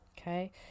Okay